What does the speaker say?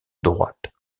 droite